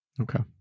Okay